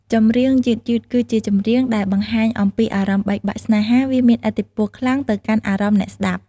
ចម្រៀងយឺតៗ គឺជាចម្រៀងដែលបង្ហាញអំពីអារម្មណ៍បែកបាក់ស្នេហាវាមានឥទ្ធិពលខ្លាំងទៅកាន់អារម្មណ៍អ្នកស្តាប់។